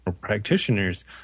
practitioners